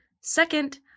Second